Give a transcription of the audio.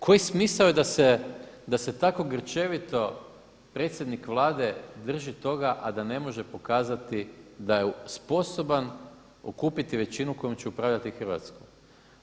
Koji smisao je da se tako grčevito predsjednik Vlade drži toga a da ne može pokazati da je sposoban okupiti većinu kojom će upravljati Hrvatskom.